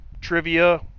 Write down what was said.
trivia